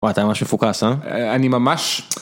וואי אתה ממש מפוקס אה? אה אני ממש...